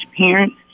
parents